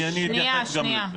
אני אתייחס גם לזה.